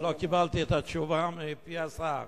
עוד לא קיבלתי את התשובה מפי השר.